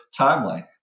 timeline